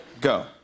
Go